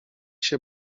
się